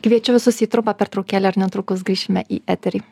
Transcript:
kviečia visus į trumpą pertraukėlę ir netrukus grįšime į eterį